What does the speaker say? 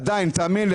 תאמין לי.